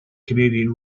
canadian